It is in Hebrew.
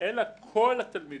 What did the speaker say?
אלא כל התלמידים.